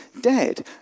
dead